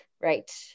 right